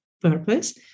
Purpose